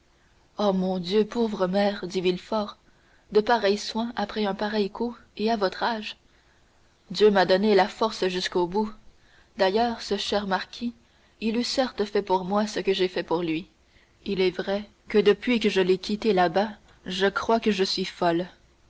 oh mon dieu pauvre mère dit villefort de pareils soins après un pareil coup et à votre âge dieu m'a donné la force jusqu'au bout d'ailleurs ce cher marquis il eût certes fait pour moi ce que j'ai fait pour lui il est vrai que depuis que je l'ai quitté là-bas je crois que je suis folle